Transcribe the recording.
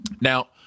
Now